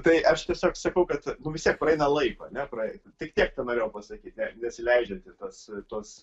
tai aš tiesiog sakau kad nu vis tiek praeina laiko ne tai tiek tenorėjau pasakyti nesileidžiant į tas tuos